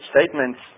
statements